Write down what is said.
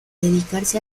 dedicarse